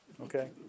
okay